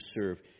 serve